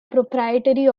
proprietary